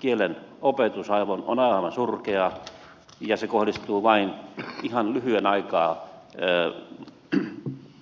kielen opetus on aivan surkeaa ja se kohdistuu vain ihan lyhyen aikaa työntekijään